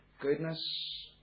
Goodness